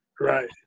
Right